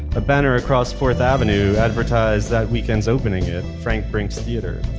a banner across fourth avenue advertised that weekend's opening at frank brink's theater.